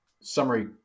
summary